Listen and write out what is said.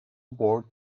bored